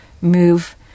move